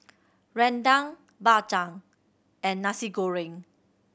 Rendang Bak Chang and Nasi Goreng